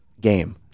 game